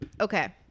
okay